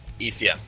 ECM